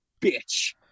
bitch